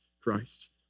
Christ